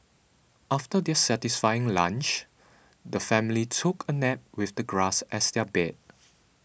after their satisfying lunch the family took a nap with the grass as their bed